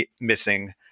missing